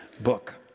book